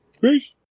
Peace